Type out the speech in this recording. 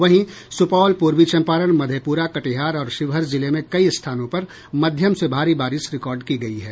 वहीं सुपौल पूर्वी चंपारण मधेपुरा कटिहार और शिवहर जिले में कई स्थानों पर मध्यम से भारी बारिश रिकार्ड की गयी है